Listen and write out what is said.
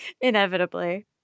Inevitably